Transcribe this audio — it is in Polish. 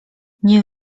nie